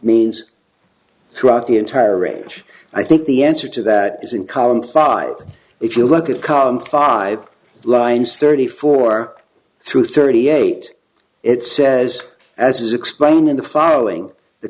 means throughout the entire range i think the answer to that is in column five if you look at column five lines thirty four through thirty eight it says as is explained in the following the